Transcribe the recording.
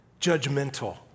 judgmental